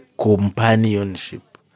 companionship